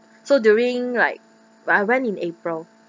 so during like I went in april